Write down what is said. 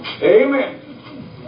Amen